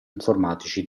informatici